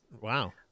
Wow